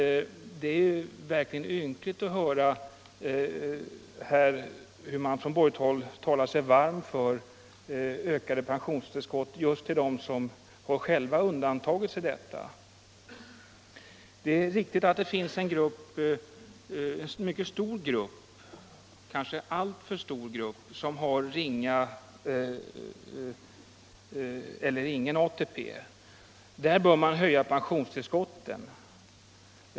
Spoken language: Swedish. Det är verkligen ynkligt att höra hur man här från borgerligt håll talar sig varm för ökade pensionstillskott just till dem som själva har undantagit sig från detta. Det är riktigt att det finns en mycket stor grupp — kanske alltför stor — som har ingen eller ringa ATP. Där bör man höja pensionstillskotten.